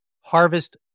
harvest